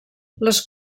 les